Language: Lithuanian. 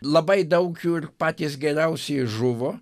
labai daug jų ir patys geriausieji žuvo